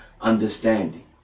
understanding